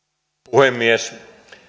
puhemies